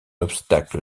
obstacle